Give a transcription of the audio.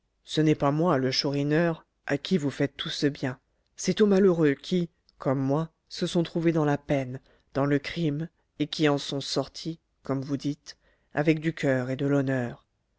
ce n'est pas moi le chourineur à qui vous faites tout ce bien c'est aux malheureux qui comme moi se sont trouvés dans la peine dans le crime et qui en sont sortis comme vous dites avec du coeur et de l'honneur